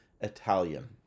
Italian